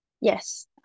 Yes